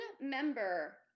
member